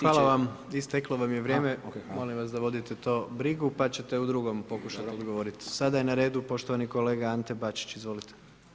Hvala vam steklo vam je vrijeme, molim vas da vodite to brigu, pa ćete u drugom pokušaju odgovoriti, sada je na redu poštovani kolega Ante Bačić, izvolite.